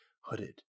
hooded